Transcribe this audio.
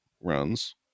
runs